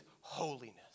holiness